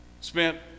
spent